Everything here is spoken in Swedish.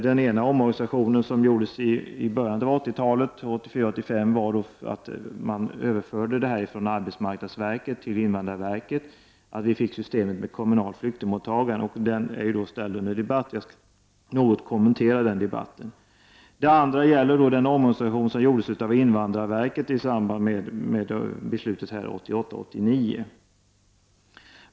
Den ena omorganisationen genomfördes i början av 80-talet, 1984-1985, och innebar att man överförde dessa frågor från arbetsmarknadsverket till invandrarverket och att vi fick systemet med kommunalt flyktingmottagande, som ju är ställt under debatt. Jag skall något kommentera den debatten. Den andra delen av omorganisationen är de förändringar av invandrarverket som gjordes i samband med beslutet 1988/89.